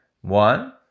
One